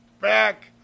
back